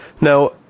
Now